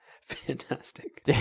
fantastic